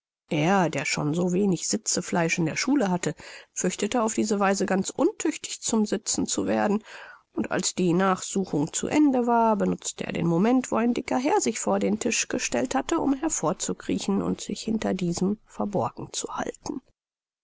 er der schon so wenig sitzefleisch in der schule hatte fürchtete auf diese weise ganz untüchtig zum sitzen zu werden und als die nachsuchung zu ende war benutzte er den moment wo ein dicker herr sich vor den tisch gestellt hatte um hervor zu kriechen und sich hinter diesem verborgen zu halten